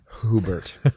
Hubert